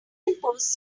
impose